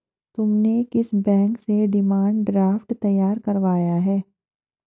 तुमने किस बैंक से डिमांड ड्राफ्ट तैयार करवाया है?